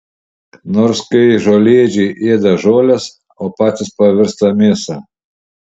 nors kai žolėdžiai ėda žoles o patys pavirsta mėsa